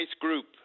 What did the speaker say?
group